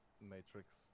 matrix